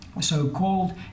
so-called